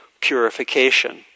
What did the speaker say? purification